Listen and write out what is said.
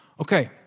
Okay